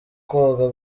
koga